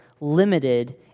limited